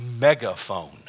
megaphone